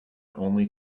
only